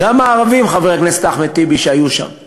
גם הערבים, חבר הכנסת אחמד טיבי, שהיו שם ואמרו: